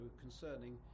concerning